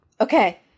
Okay